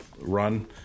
run